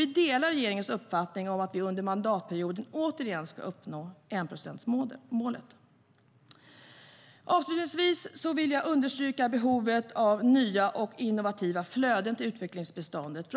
Vi delar regeringens uppfattning att vi under mandatperioden återigen ska uppnå enprocentsmålet. Avslutningsvis vill jag understryka behovet av nya och innovativa flöden till utvecklingsbiståndet.